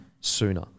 sooner